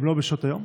גם לא בשעות היום?